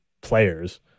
players